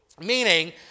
Meaning